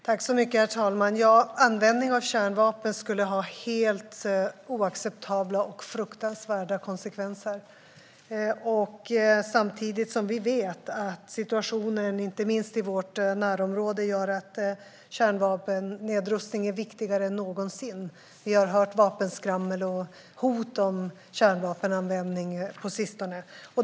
Herr talman! Användning av kärnvapen skulle ha helt oacceptabla och fruktansvärda konsekvenser, och situationen inte minst i vårt närområde gör att kärnvapennedrustning är viktigare än någonsin. Vi har hört vapenskrammel och hot om kärnvapenanvändning på sistone.